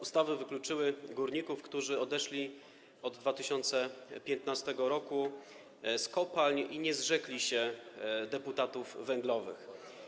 Ustawy wykluczyły górników, którzy odeszli od 2015 r. z kopalń i nie zrzekli się deputatów węglowych.